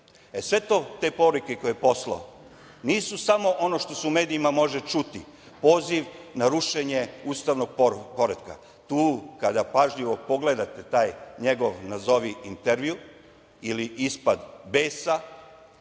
Sve te poruke koje je poslao nisu samo ono što se u medijima može čuti, poziv na rušenje ustavnog poretka. Tu kada pažljivo pogledate taj njegov nazovi intervju ili ispad besa,